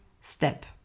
step